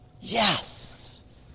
Yes